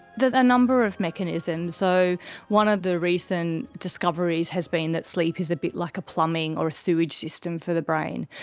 there's a number of mechanisms. so one of the recent discoveries has been that sleep is a bit like a plumbing or a sewage system for the brain.